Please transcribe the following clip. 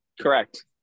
correct